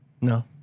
No